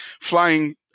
flying